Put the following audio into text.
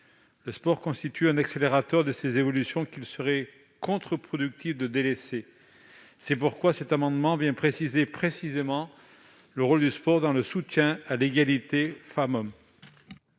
Le sport constitue un accélérateur de ces évolutions qu'il serait contre-productif de délaisser. C'est pourquoi cet amendement vient préciser le rôle du sport dans le soutien à l'égalité femmes-hommes.